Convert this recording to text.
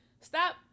stop